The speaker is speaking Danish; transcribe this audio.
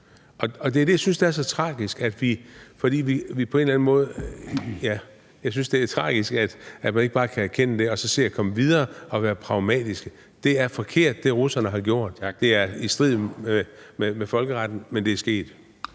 og det er det, jeg synes er så tragisk. Jeg synes, det er tragisk, at man ikke bare kan erkende det og så se at komme videre og være pragmatisk. Det, russerne har gjort, er forkert, det er i strid med folkeretten, men det er sket.